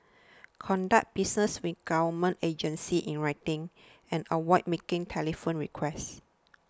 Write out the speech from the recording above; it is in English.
conduct business with government agencies in writing and avoid making telephone requests